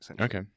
Okay